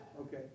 Okay